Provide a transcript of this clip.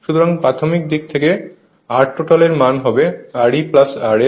সুতরাং প্রাথমিক দিক থেকে Rtotal এর মান হবে Re RL